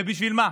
בשביל מה,